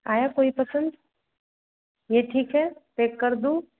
आया कोई पसन्द यह ठीक है पैक कर दूँ